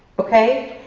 okay?